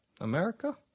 America